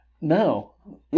No